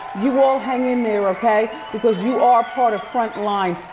you all hang in there okay? because you are a part of frontline,